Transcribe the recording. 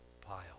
pile